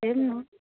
हेर्नु न